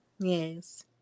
Yes